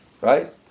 right